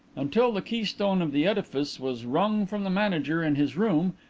until the keystone of the edifice was wrung from the manager in his room,